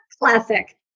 Classic